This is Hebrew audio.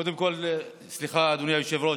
קודם כול, סליחה, אדוני היושב-ראש.